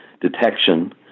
detection